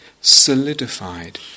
solidified